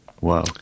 Wow